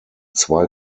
zwei